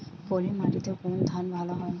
পলিমাটিতে কোন ধান ভালো হয়?